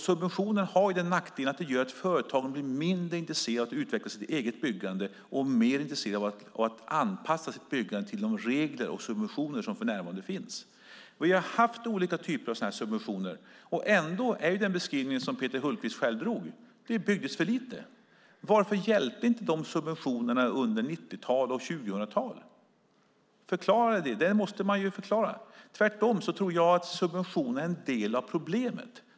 Subventionen har den nackdelen att företagen blir mindre intresserade av att utveckla sitt eget byggande och mer intresserade av att anpassa sitt byggande till de regler och subventioner som för närvarande finns. Vi har haft olika typer av sådana subventioner, och ändå är den beskrivning som Peter Hultqvist själv gjorde att det byggdes för lite. Varför hjälpte inte de subventionerna under 1990-talet och 2000-talet? Det måste ni förklara. Tvärtom tror jag att subventioner är en del av problemet.